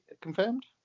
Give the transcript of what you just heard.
confirmed